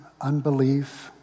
unbelief